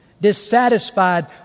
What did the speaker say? Dissatisfied